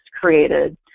created